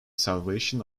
salvation